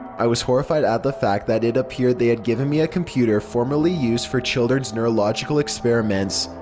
i was horrified at the fact that it appeared they had given me a computer formerly used for children's neurological experiments.